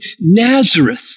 Nazareth